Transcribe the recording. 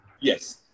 Yes